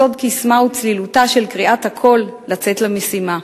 סוד קסמה וצלילותה של קריאת הקול לצאת למשימה,